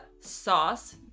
sauce